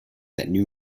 new